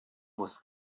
muss